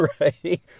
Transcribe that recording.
Right